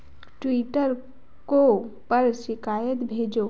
Twitter को पर शिकायत भेजो